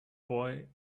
boy